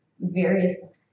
various